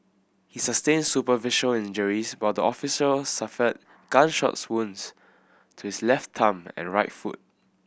he sustained superficial injuries while the officer suffered gunshot wounds to his left thumb and right foot